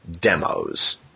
demos